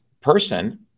person